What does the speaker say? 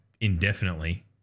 indefinitely